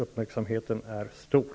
Uppmärksamheten är stor.